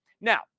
Now